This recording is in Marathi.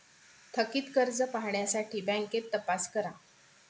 थकित कर्ज पाहण्यासाठी बँकेत तपास करा